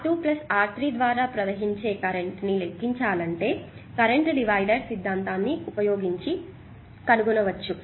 R2 R3 ద్వారా ప్రవహించే current ని లెక్కించాలంటే కరెంట్ డివైడర్ సిద్ధాంతాన్ని ఉపయోగించి కనుగొనవచ్చు